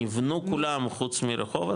נבנו כולם, חוץ מרחובות.